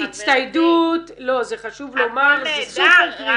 הצטיידות, זה חשוב לומר, זה סופר קריטי.